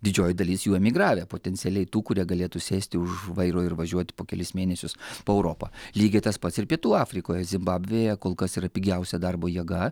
didžioji dalis jų emigravę potencialiai tų kurie galėtų sėsti už vairo ir važiuoti po kelis mėnesius po europą lygiai tas pats ir pietų afrikoje zimbabvėje kol kas yra pigiausia darbo jėga